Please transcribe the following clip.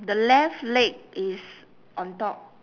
the left leg is on top